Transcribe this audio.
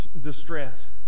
distress